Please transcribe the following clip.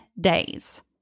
days